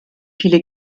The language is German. viele